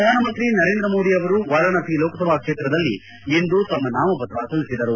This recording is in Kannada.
ಪ್ರಧಾನಮಂತ್ರಿ ನರೇಂದ್ರ ಮೋದಿ ವಾರಾಣಸಿ ಲೋಕಸಭಾ ಕ್ಷೇತ್ರದಲ್ಲಿ ಇಂದು ತಮ್ಮ ನಾಮಪತ್ರ ಸಲ್ಲಿಸಿದರು